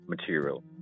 material